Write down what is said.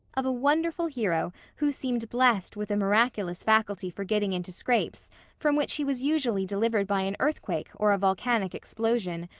of a wonderful hero who seemed blessed with a miraculous faculty for getting into scrapes from which he was usually delivered by an earthquake or a volcanic explosion,